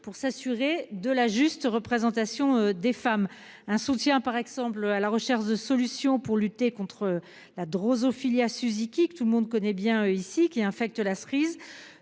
pour s'assurer de la juste représentation des femmes un soutien par exemple à la recherche de solutions pour lutter contre la drosophile a Suzy Quick, tout le monde connaît bien ici qui infecte la cerise.